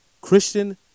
Christian